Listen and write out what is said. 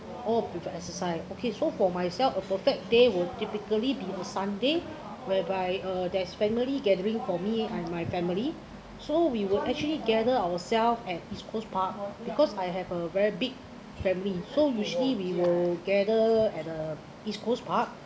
orh with a exercise okay so for myself a perfect day will typically be a sunday whereby uh there's family gathering for me and my family so we will actually gather ourselves at east coast park because I have a very big family so usually we will gather at the east coast park